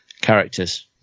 characters